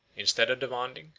instead of demanding,